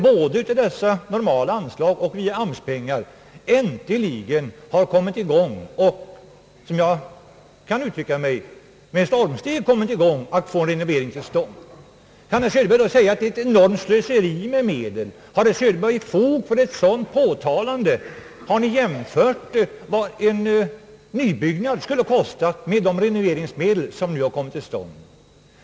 Både av normala anslag och med AMS-pengar har vi äntligen kommit i gång med, om jag så får uttrycka mig, stormsteg, att få en renovering till stånd. Kan herr Söderberg säga, att det är ett enormt slöseri med medel, har herr Söderberg fog för ett sådant uttalande, har Ni jämfört vad en nybyggnad skulle kosta med de renoveringsbelopp som nu kommit till användning?